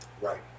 right